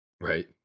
right